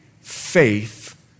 Faith